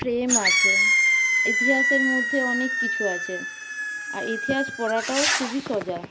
প্রেম আছে ইতিহাসের মধ্যে অনেক কিছু আছে আর ইতিহাস পড়াটাও খুবই সোজা